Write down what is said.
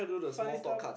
funny stuffs